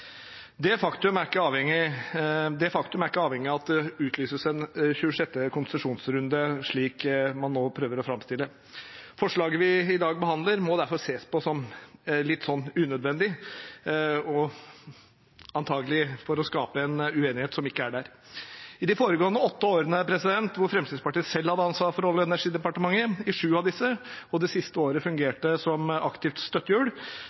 Det faktum er ikke avhengig av at det utlyses en 26. konsesjonsrunde, slik man nå prøver å framstille det. Forslaget vi i dag behandler, må derfor ses på som litt unødvendig, og antakelig for å skape en uenighet som ikke er der. I de foregående åtte årene, hvor Fremskrittspartiet selv hadde ansvaret for Olje- og energidepartementet i sju av disse, og det siste året fungerte som aktivt støttehjul,